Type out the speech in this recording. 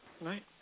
Right